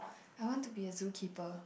I want to be a zoo keeper